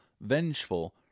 vengeful